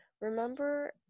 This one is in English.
remember